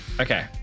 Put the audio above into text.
okay